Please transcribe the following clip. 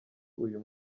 uyu